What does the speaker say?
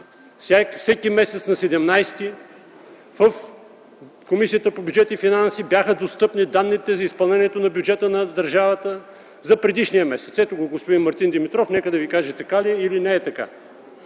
всеки месец – на 17-о число, в Комисията по бюджет и финанси бяха достъпни данните за изпълнението на бюджета на държавата за предишния месец. Ето го господин Мартин Димитров, нека Ви каже така ли е или не е така!